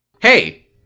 hey